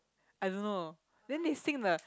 I don't know then they sing the